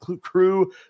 Crew